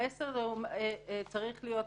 המסר צריך להיות כזה,